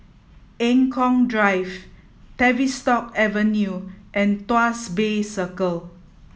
Eng Kong Drive Tavistock Avenue and Tuas Bay Circle